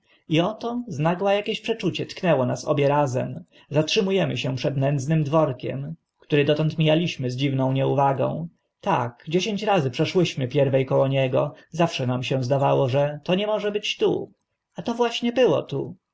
oto z nagła akieś przeczucie tknęło nas obie razem zatrzymu emy się przed nędznym dworkiem który dotąd mijałyśmy z dziwną nieuwagą tak dziesięć razy przeszłyśmy pierwe koło niego zawsze nam się zdawało że to nie może być tu a to właśnie było tu